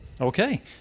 okay